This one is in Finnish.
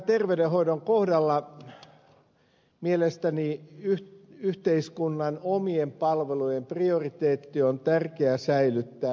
terveydenhoidon kohdalla mielestäni yhteiskunnan omien palvelujen prioriteetti on tärkeä säilyttää